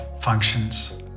functions